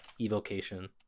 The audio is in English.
evocation